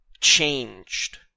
changed